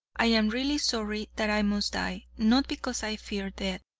i am really sorry that i must die, not because i fear death,